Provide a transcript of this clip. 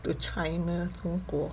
to China 中国